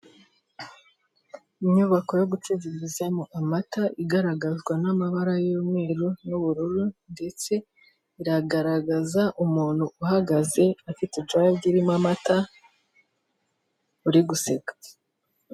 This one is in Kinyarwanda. Inyubako yo gucururizamo amata igaragazwa n'amabara y'umweru n'ubururu ndetse iragaragaza umuntu uhagaze afite ijage irimo amata, uri guseka.